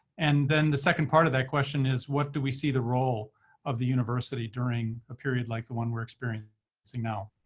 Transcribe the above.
and then the second part of that question is, what do we see the role of the university during a period like the one we're experiencing now?